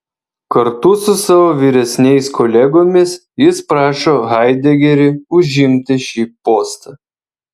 kartu su savo vyresniais kolegomis jis prašo haidegerį užimti šį postą